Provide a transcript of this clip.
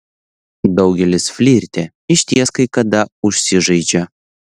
daugelis flirte išties kai kada užsižaidžia